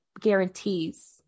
guarantees